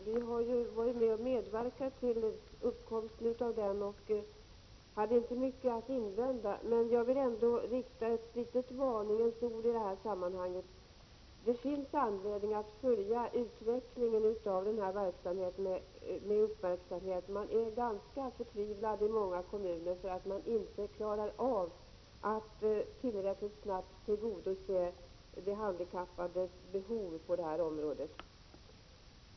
Vi har medverkat till tillkomsten av den och har inte mycket att invända mot den. Men jag vill ändå uttala ett varningens ord. Det finns anledning att följa utvecklingen av den här verksamheten med uppmärksamhet. I många kommuner är man förtvivlad över att man inte klarar av att tillräckligt snabbt tillgodose de handikappades behov på detta område.